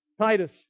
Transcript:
Titus